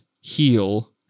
heal